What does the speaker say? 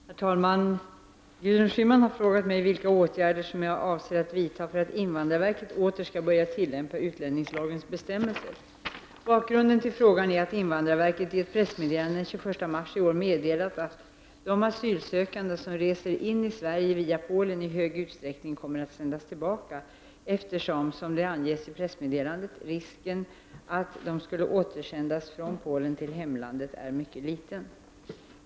Herr talman! Gudrun Schyman har frågat mig vilka åtgärder som jag avser att vidta för att invandrarverket åter skall börja tillämpa utlänningslagens bestämmelser. Bakgrunden till frågan är att invandrarverket i ett pressmeddelande den 21 mars i år meddelat att de asylsökande som reser in i Sverige via Polen i hög utsträckning kommer att sändas tillbaka eftersom — som det anges i pressmeddelandet — risken att de skulle återsändas från Polen till hemlandet är mycket liten.